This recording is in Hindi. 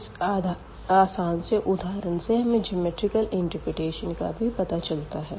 इस आसान से उदाहरण से हमें ज्योमैट्रिकल इंटर्प्रेटेशन का भी पता चलता है